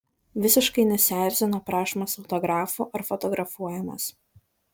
visiškai nesierzino prašomas autografų ar fotografuojamas